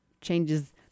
changes